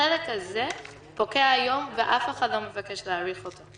החלק הזה פוקע היום ואף אחד לא מבקש להאריך אותו.